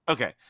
Okay